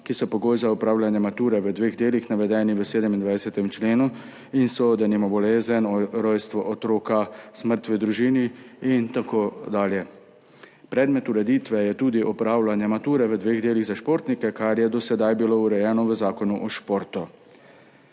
ki so pogoj za opravljanje mature v dveh delih, navedeni v 27. členu in so denimo bolezen, rojstvo otroka, smrt v družini in tako dalje. Predmet ureditve je tudi opravljanje mature v dveh delih za športnike, kar je do sedaj bilo urejeno v Zakonu o športu.